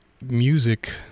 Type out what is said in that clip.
music